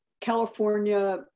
california